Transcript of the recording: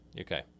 Okay